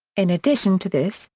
in addition to this,